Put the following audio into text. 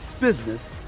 business